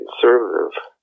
conservative